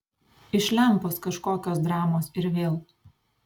iš lempos kažkokios dramos ir vėl